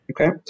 Okay